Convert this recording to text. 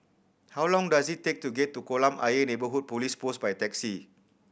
how long does it take to get to Kolam Ayer Neighbourhood Police Post by taxi